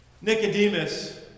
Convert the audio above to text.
Nicodemus